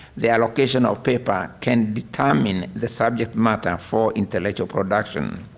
the allocation of paper can determine the subject matter for intellectual production.